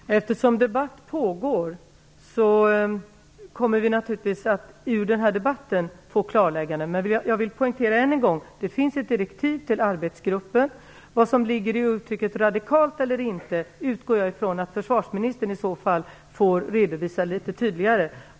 Herr talman! Eftersom debatt pågår, kommer vi naturligtvis att få klarlägganden från den debatten. Jag vill än en gång poängtera att det finns direktiv till arbetsgruppen. Vad som ligger i uttrycket "radikala förändringar" utgår jag från att försvarsministern får redovisa litet tydligare.